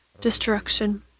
destruction